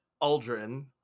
aldrin